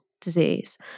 disease